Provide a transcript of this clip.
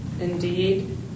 Indeed